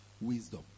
wisdom